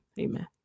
Amen